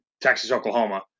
Texas-Oklahoma